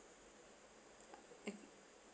okay